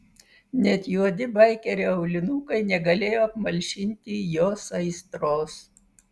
net juodi baikerio aulinukai negalėjo apmalšinti jos aistros